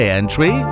entry